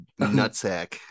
nutsack